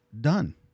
Done